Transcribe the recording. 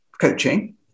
coaching